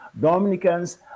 Dominicans